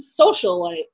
socialite